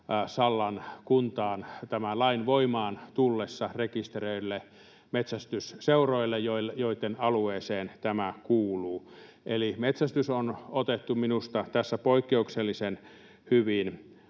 Sallan kuntaan tämän lain voimaan tullessa rekisteröidyille metsästysseuroille, joitten alueeseen tämä kuuluu. Eli metsästys on otettu minusta tässä poikkeuksellisen hyvin